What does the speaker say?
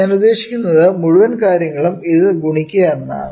ഞാൻ ഉദ്ദേശിക്കുന്നത് മുഴുവൻ കാര്യങ്ങളും ഇത് ഗുണിക്കുക എന്നതാണ്